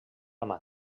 amant